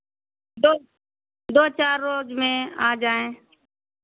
दो दो चार रोज में आ जाएँ